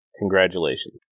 Congratulations